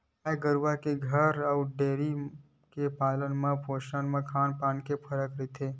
गाय गरुवा के घर अउ डेयरी के पालन पोसन खान पान म फरक रहिथे